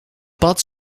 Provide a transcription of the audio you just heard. pad